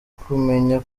kumenya